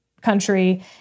country